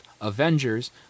Avengers